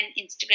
Instagram